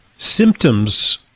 symptoms